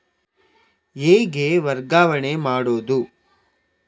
ಹೇಗೆ ವರ್ಗಾವಣೆ ಮಾಡುದು?